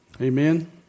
amen